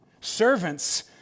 Servants